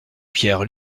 pierre